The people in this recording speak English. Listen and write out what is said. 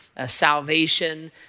salvation